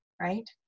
Right